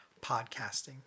podcasting